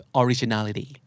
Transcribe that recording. originality